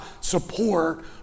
support